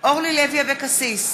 אורלי לוי אבקסיס,